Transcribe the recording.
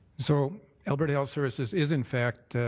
so, alberta health services is, in fact,